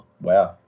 Wow